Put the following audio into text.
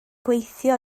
gweithio